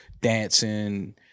dancing